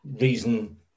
reason